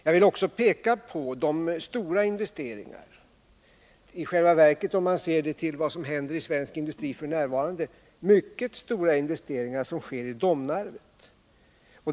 Jag vill också peka på de stora investeringar — i själva verket, om man ser till vad som händer i svensk industri f. n., mycket stora investeringar — som sker i Domnarvet.